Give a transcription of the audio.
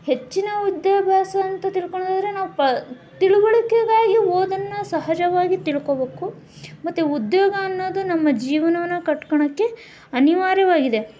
ಹೆಚ್ಚಿನ ವಿದ್ಯಾಭ್ಯಾಸ ಅಂತ ತಿಳ್ಕೊಳೋದಾದ್ರೆ ನಾವು ಪ ತಿಳಿವಳಿಕೆಗಾಗಿ ಓದನ್ನು ಸಹಜವಾಗಿ ತಿಳ್ಕೊಬೇಕು ಮತ್ತು ಉದ್ಯೋಗ ಅನ್ನೋದು ನಮ್ಮ ಜೀವನವನ್ನ ಕಟ್ಕಳಕ್ಕೆ ಅನಿವಾರ್ಯವಾಗಿದೆ